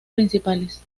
principales